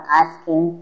asking